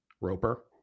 Roper